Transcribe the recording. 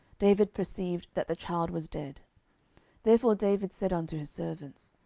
david perceived that the child was dead therefore david said unto his servants,